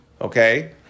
Okay